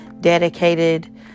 dedicated